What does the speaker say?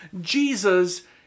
Jesus